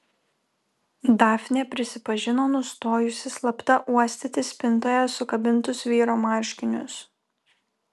dafnė prisipažino nustojusi slapta uostyti spintoje sukabintus vyro marškinius